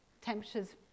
Temperatures